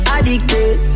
Addicted